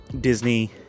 Disney